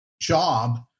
job